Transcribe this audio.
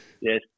Yes